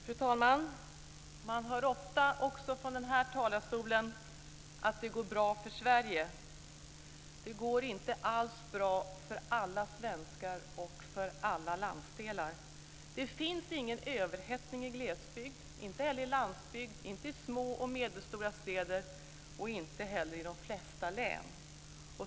Fru talman! Man hör ofta, också från den här talarstolen, att det går bra för Sverige. Det går inte alls bra för alla svenskar eller för alla landsdelar. Det finns ingen överhettning i glesbygd, inte heller i landsbygd, inte i små och medelstora städer och inte heller i de flesta län.